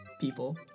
people